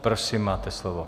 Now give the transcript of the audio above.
Prosím, máte slovo.